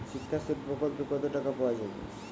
শিক্ষাশ্রী প্রকল্পে কতো টাকা পাওয়া যাবে?